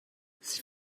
sie